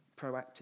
proactive